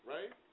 Right